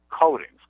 coatings